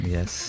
Yes